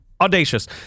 Audacious